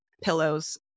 pillows